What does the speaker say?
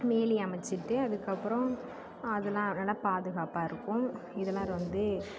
வேலி அமைச்சிட்டு அதுக்கப்புறம் அதெலாம் நல்லா பாதுகாப்பாக இருக்கும் இதெலாம் வந்து